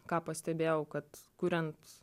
ką pastebėjau kad kuriant